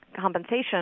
compensation